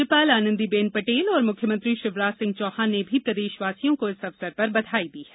राज्यपाल आनंदीबेन पटेल और मुख्यमंत्री शिवराज सिंह चौहान ने भी प्रदेशवासियों को इस अवसर पर बधाई दी है